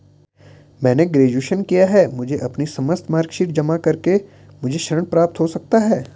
मैंने ग्रेजुएशन किया है मुझे अपनी समस्त मार्कशीट जमा करके मुझे ऋण प्राप्त हो सकता है?